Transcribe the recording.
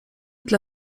dla